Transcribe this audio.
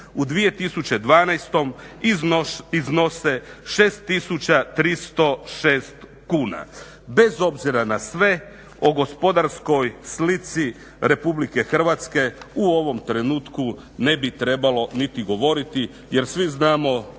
u 2012. iznose 6306 kuna. Bez obzira na sve o gospodarskoj slici RH u ovom trenutku ne bi trebalo niti govoriti jer svi znamo